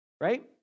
right